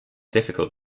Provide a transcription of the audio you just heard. difficult